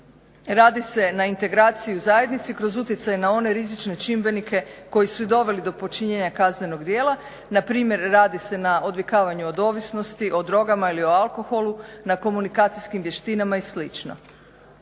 Radi se na integraciji u zajednici kroz utjecaj na one rizične čimbenike koji su i doveli do počinjenja kaznenog djela, na primjer radi se na odvikavanju od ovisnosti o drogama ili o alkoholu, na komunikacijskim vještinama i